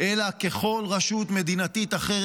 המילואימניקים הסטודנטים.